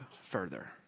further